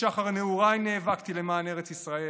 משחר נעוריי נאבקתי למען ארץ ישראל,